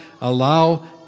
allow